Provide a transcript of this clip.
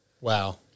Wow